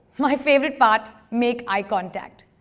my favorite part make eye contact.